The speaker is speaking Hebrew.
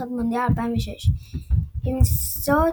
כמארחת מונדיאל 2006. עם זאת,